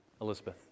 Elizabeth